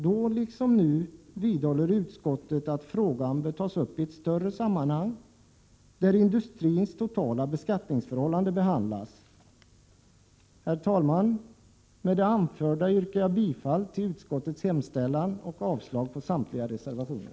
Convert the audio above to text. Då, liksom nu, vidhåller utskottet att frågan bör'tas upp i ett större sammanhang, där industrins totala beskattningsförhållande behandlas. Herr talman! Med det anförda yrkar jag bifall till utskottets hemställan och avslag på samtliga reservationer.